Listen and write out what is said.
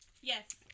Yes